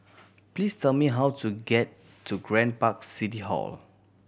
please tell me how to get to Grand Park City Hall